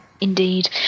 Indeed